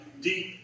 deep